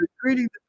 treating